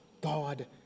God